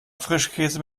frischkäse